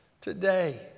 Today